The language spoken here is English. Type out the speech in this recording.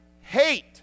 hate